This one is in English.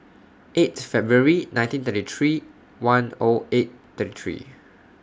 eighth February nineteen thirty three one O eight thirty three